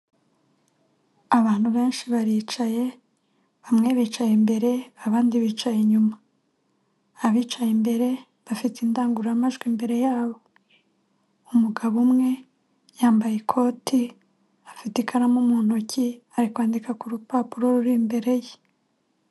Abantu benshi baricaye, bamwe bicaye imbere abandi bicaye inyuma, abicaye imbere bafite indangururamajwi imbere yabo, umugabo umwe yambaye ikoti, afite ikaramu mu ntoki, ari kwandika ku rupapuro ruri imbere ye.